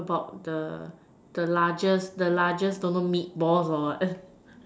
about the the largest the largest don't know meatballs or what